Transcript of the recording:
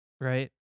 right